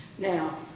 now,